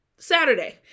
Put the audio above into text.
Saturday